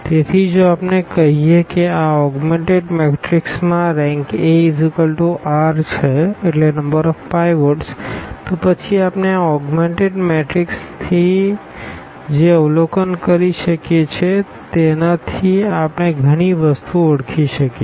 તેથી જો આપણે કહીએ કે આ ઓગ્મેનટેડ મેટ્રિક્સમાં Rank r તો પછી આપણે આ ઓગ્મેનટેડ મેટ્રિક્સથી જે અવલોકન કરી શકીએ છીએ તેના થી આપણે ઘણી વસ્તુઓ ઓળખી શકીએ